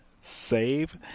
save